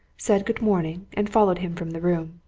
said good-morning and followed him from the room.